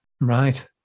Right